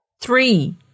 Three